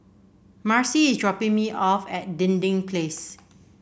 Marcie is dropping me off at Dinding Place